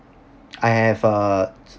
I have a